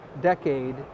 decade